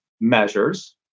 measures